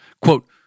Quote